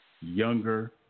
younger